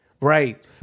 right